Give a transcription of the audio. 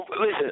Listen